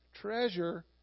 treasure